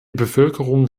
bevölkerung